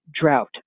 drought